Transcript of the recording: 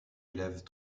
élève